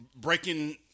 breaking